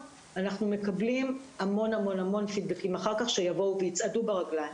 אנחנו נקבל המון פידבקים אחר כך שיבואו ויצעדו ברגליים.